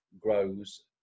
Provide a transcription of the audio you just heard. grows